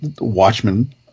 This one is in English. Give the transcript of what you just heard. Watchmen